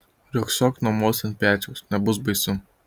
riogsok namuos ant pečiaus nebus baisu